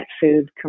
food